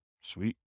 Sweet